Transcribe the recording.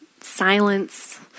silence